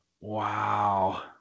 Wow